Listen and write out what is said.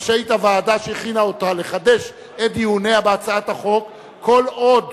רשאית הוועדה שהכינה אותה לחדש את דיוניה בהצעת החוק כל עוד